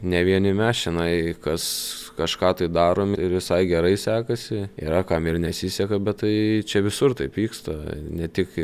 ne vieni mes čionai kas kažką tai darom ir visai gerai sekasi yra kam ir nesiseka bet tai čia visur taip vyksta ne tik